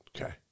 Okay